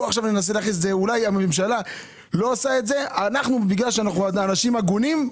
אולי הממשלה לא עושה את זה בגלל שאנו אנשים הגונים,